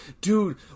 dude